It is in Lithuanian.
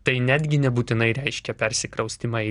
tai netgi nebūtinai reiškia persikraustymą į